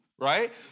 right